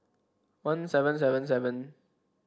one seven seven seven